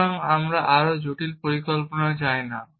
সুতরাং আমরা আরও জটিল পরিকল্পনা চাই না